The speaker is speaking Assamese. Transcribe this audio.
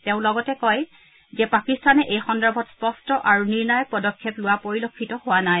তেওঁ লগতে কয় যে পাকিস্তানে এই সন্দৰ্ভত স্পষ্ট আৰু নিৰ্ণায়ক পদক্ষেপ লোৱা পৰিলক্ষিত হোৱা নাই